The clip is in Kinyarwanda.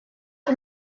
com